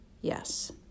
Yes